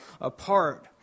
apart